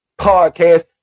podcast